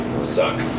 suck